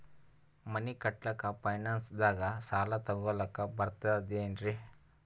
ಮನಿ ಕಟ್ಲಕ್ಕ ಫೈನಾನ್ಸ್ ದಾಗ ಸಾಲ ತೊಗೊಲಕ ಬರ್ತದೇನ್ರಿ?